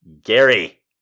Gary